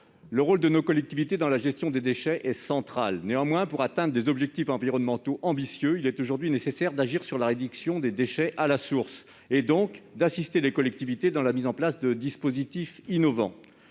le rôle de nos collectivités dans la gestion des déchets est central. Pour atteindre des objectifs environnementaux ambitieux, il est aujourd'hui nécessaire d'agir pour réduire les déchets à la source, donc d'assister les collectivités dans la mise en place de dispositifs innovants.